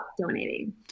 donating